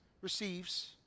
receives